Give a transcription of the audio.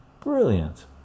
brilliant